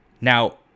Now